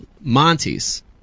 Montes